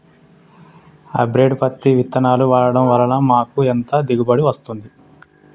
Hybrid పత్తి విత్తనాలు వాడడం వలన మాకు ఎంత దిగుమతి వస్తుంది?